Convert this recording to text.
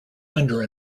under